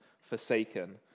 forsaken